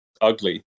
ugly